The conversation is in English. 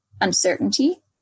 uncertainty